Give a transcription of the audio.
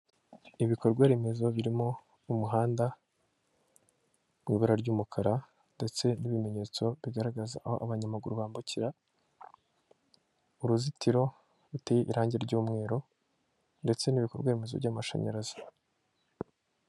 Ibikorwa remezo birimo umuhanda mu ibara ry'umukara ndetse n'ibimenyetso bigaragaza aho abanyamaguru bambukira, uruzitiro ruteye irangi ry'umweru, ndetse n'ibikorwaremezo by'amashanyarazi.